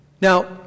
Now